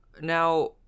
Now